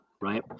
Right